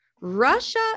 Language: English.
Russia